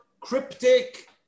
cryptic